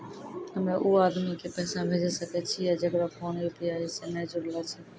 हम्मय उ आदमी के पैसा भेजै सकय छियै जेकरो फोन यु.पी.आई से नैय जूरलो छै?